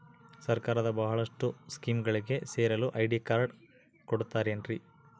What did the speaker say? ಸರ್ಕಾರದ ಬಹಳಷ್ಟು ಸ್ಕೇಮುಗಳಿಗೆ ಸೇರಲು ಐ.ಡಿ ಕಾರ್ಡ್ ಕೊಡುತ್ತಾರೇನ್ರಿ?